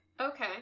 okay